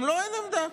וגם לו אין עמדה.